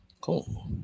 cool